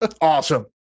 awesome